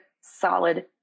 solid